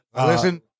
Listen